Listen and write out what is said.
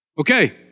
Okay